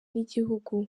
n’igihugu